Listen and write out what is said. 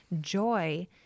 joy